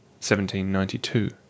1792